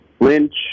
Lynch